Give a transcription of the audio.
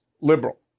liberal